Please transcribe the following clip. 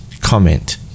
comment